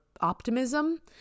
optimism